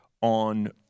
on